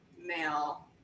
male